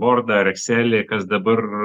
vordą ar ekselį kas dabar